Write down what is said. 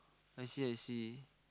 I see I see